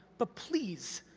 but please,